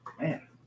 Man